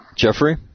Jeffrey